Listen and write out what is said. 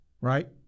right